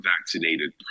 vaccinated